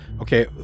okay